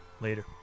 Later